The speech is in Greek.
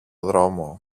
δρόμο